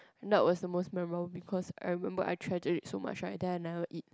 that was the most memorable because I remember I try to read so much right then I never eat